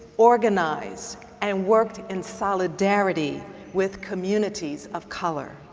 organized, and worked in solidarity with communities of color.